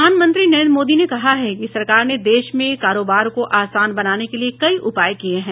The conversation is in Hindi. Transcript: प्रधानमंत्री नरेन्द्र मोदी ने कहा है कि सरकार ने देश में कारोबार को आसान बनाने के लिए कई उपाय किये है